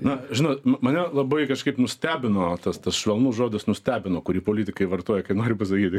na žinot mane labai kažkaip nustebino tas tas švelnus žodis nustebino kurį politikai vartoja kai nori pasakyti